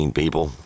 people